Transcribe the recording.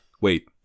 Wait